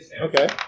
Okay